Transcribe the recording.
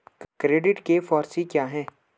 Credit के four C क्या हैं?